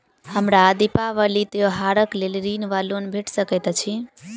हमरा दिपावली त्योहारक लेल ऋण वा लोन भेट सकैत अछि?